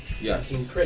Yes